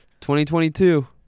2022